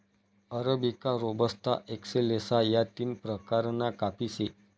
arabica, robusta, excelsa या तीन प्रकारना काफी से